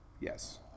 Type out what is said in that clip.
yes